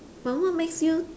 but what makes you